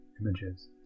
images